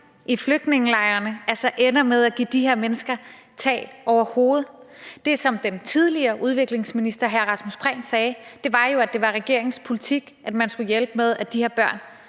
i flygtningelejrene, altså ender med at give de her mennesker tag over hovedet. Det, som den tidligere udviklingsminister, hr. Rasmus Prehn, sagde, var jo, at det var regeringens politik, at man skulle hjælpe med, at de her børn